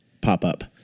Pop-Up